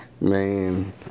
Man